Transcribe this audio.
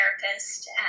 therapist